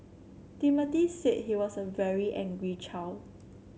Timothy said he was a very angry child